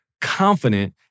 confident